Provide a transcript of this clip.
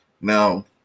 Now